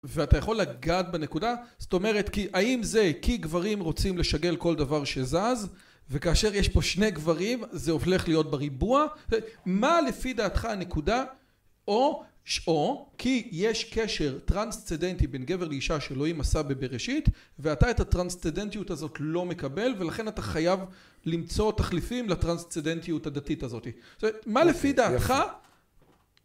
ואתה יכול לגעת בנקודה זאת אומרת כי האם זה כי גברים רוצים לשגל כל דבר שזז וכאשר יש פה שני גברים זה הופך להיות בריבוע מה לפי דעתך הנקודה או שאו כי יש קשר טרנסצדנטי בין גבר לאישה שאלהים עשה בבראשית ואתה את הטרנסצדנטיות הזאת לא מקבל ולכן אתה חייב למצוא תחליפים לטרנסצדנטיות הדתית הזאת מה לפי דעתך